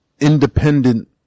independent